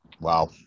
Wow